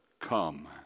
come